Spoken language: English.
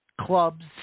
clubs